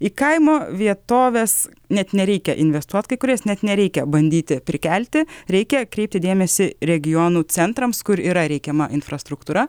į kaimo vietoves net nereikia investuoti kai kurias net nereikia bandyti prikelti reikia kreipti dėmesį regionų centrams kur yra reikiama infrastruktūra